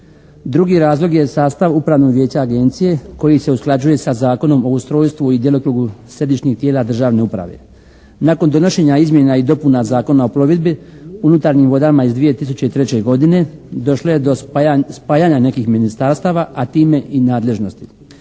Drugi razlog je sastav upravnog vijeća agencije koji se usklađuje sa Zakonom o ustrojstvu i djelokrugu središnjih tijela državne uprave. Nakon donošenja izmjena i dopuna Zakona o plovidbi unutarnjim vodama iz 2003. godine došlo je do spajanja nekih ministarstava, a time i nadležnosti.